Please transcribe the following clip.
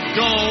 go